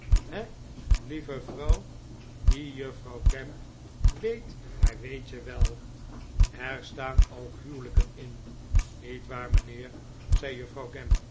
he heve vrouw die juffrouw gamp weet haar w eetje wel er staan ook huwelijken in niet waar mijnheer zei juffrouw